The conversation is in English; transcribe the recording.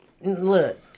Look